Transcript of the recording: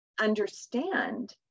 understand